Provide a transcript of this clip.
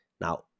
Now